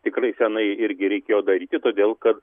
tikrai senai irgi reikėjo daryti todėl kad